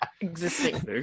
existing